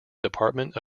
department